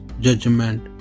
judgment